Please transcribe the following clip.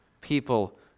people